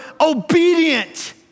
obedient